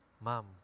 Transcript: Mom